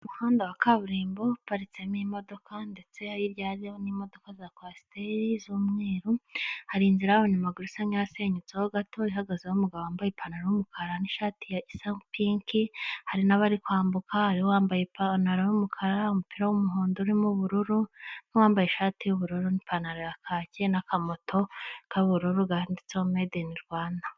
Umuhanda wa kaburimbo uparitsemo imodoka ndetse hirya yaho hari n'imodoka za kwasiteri z'umweru hari inzira ya yabanyamaguru isa n'wasenyutse ho gato ihagazeho umugabo wambaye ipantaro y'umukara n'ishati isa na pinki hari nabari kwambuka wambaye ipantaro y'umukara umupira w'umuhondo urimo ubururu n'uwambaye ishati y'ubururu n'ipantaro ya kake n'akamoto k'ubururu gaditseho medeni Rwanda.